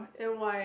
then why